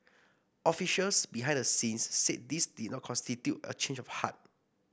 officials behind the scenes said this did not constitute a change of heart